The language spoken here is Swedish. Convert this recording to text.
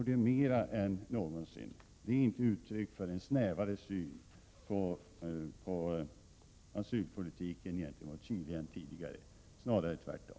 Det är mera än någonsin och är inte uttryck för en snävare inställning till asylpolitiken när det gäller Chile än tidigare, snarare tvärtom.